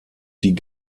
die